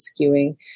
skewing